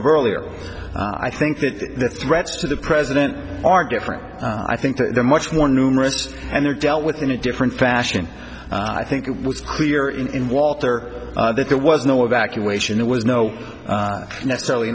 earlier i think that the threats to the president are different i think they're much more numerous and they're dealt with in a different fashion and i think it was clear in water that there was no evacuation there was no necessarily